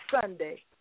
Sunday